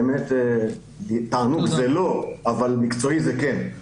באמת, תענוג זה לא אבל מקצועי זה כן.